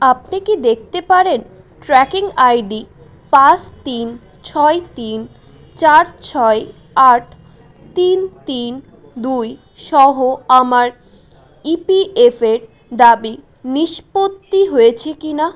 আপনি কি দেখতে পারেন ট্র্যাকিং আইডি পাঁচ তিন ছয় তিন চার ছয় আট তিন তিন দুই সহ আমার ইপিএফের দাবি নিষ্পত্তি হয়েছে কিনা